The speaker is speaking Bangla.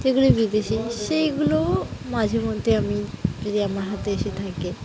যেগুলি বিদেশি সেইগুলোও মাঝে মধ্যে আমি যদি আমার হাতে এসে থাকে